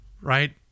right